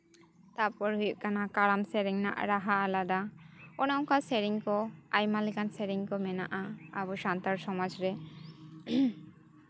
ᱛᱟᱨᱯᱚᱨ ᱦᱩᱭᱩᱜ ᱠᱟᱱᱟ ᱠᱟᱨᱟᱢ ᱥᱮᱨᱮᱧ ᱨᱮᱱᱟᱜ ᱨᱟᱦᱟ ᱟᱞᱟᱫᱟ ᱚᱱᱮ ᱚᱱᱠᱟ ᱥᱮᱨᱮᱧ ᱠᱚ ᱟᱭᱢᱟ ᱞᱮᱠᱟᱱ ᱥᱮᱨᱮᱧ ᱠᱚ ᱢᱮᱱᱟᱜᱼᱟ ᱟᱵᱚ ᱥᱟᱱᱛᱟᱲ ᱥᱚᱢᱟᱡᱽ ᱨᱮ